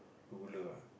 ruler ah